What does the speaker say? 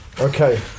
Okay